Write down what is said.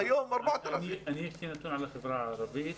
לי יש נתון על החברה הערבית.